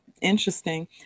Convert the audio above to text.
Interesting